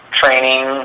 training